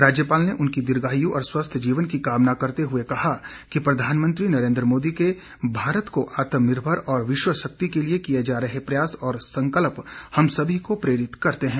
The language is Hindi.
राज्यपाल ने उनकी दीर्घायु और स्वस्थ जीवन की कामना करते हुए कहा कि प्रधानमंत्री नरेंद्र मोदी के भारत को आत्मनिर्भर और विश्व शक्ति के लिए किए जा रहे प्रयास और संकल्प हम सभी को प्रेरित करते हैं